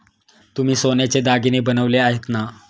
तुम्ही सोन्याचे दागिने बनवले आहेत ना?